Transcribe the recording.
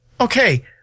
okay